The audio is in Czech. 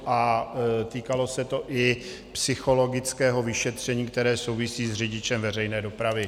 A týkalo se to i psychologického vyšetření, které souvisí s řidičem veřejné dopravy.